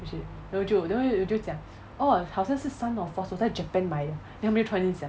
then 我就 then 我就讲 orh 好像是 son of force 在 japan 买的 then 他们就突然间讲